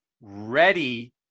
ready